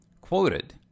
quoted